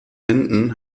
händen